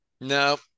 No